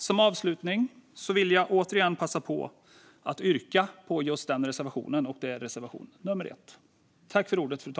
Som avslutning vill jag återigen yrka bifall till reservation 1.